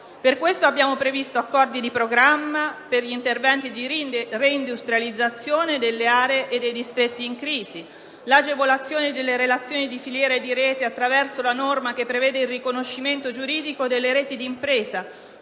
Per questo abbiamo previsto accordi di programma, per gli interventi di reindustrializzazione delle aree e dei distretti in crisi; l'agevolazione delle relazioni di filiera e di rete attraverso una norma che prevede il riconoscimento giuridico delle reti di impresa